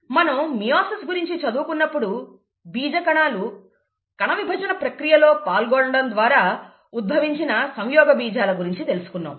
మనం మియోసిస్ గురించి చదువుకున్నప్పుడు బీజకణాలు కణవిభజన ప్రక్రియలో పాల్గొనడం ద్వారా ఉద్భవించిన సంయోగబీజాల గురించి తెలుసుకున్నాము